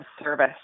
service